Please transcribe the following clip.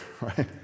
right